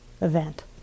event